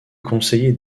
conseillers